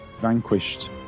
vanquished